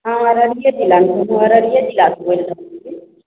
हँ अररिये जिलामे अररिये जिलासँ बोलि रहल छियै